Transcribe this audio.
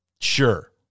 sure